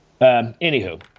Anywho